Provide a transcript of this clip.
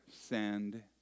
send